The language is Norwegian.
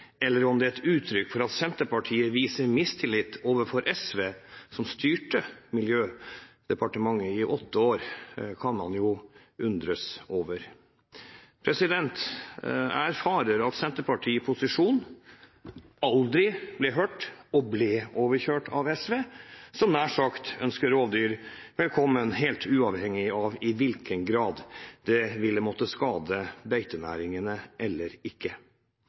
eller om det er et uttrykk for at Senterpartiet viser mistillit overfor SV, som styrte Miljødepartementet i åtte år, kan man jo undre på. Jeg erfarer at Senterpartiet i posisjon aldri ble hørt og ble overkjørt av SV, som nær sagt ønsker rovdyr velkommen helt uavhengig av om det vil skade beitenæringene eller ikke.